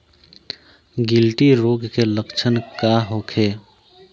गिल्टी रोग के लक्षण का होखे?